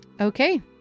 Okay